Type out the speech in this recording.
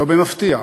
לא במפתיע,